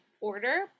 order